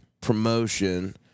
promotion